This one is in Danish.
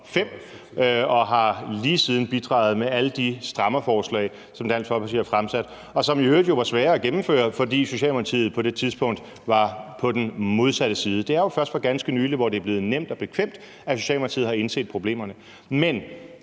og lige siden har bidraget med alle de strammerforslag, som Dansk Folkeparti har fremsat, og som jo i øvrigt var svære at gennemføre, fordi Socialdemokratiet var på den modsatte side. Det er jo først for ganske nylig, hvor det er blevet nemt og bekvemt, at Socialdemokratiet har indset problemerne.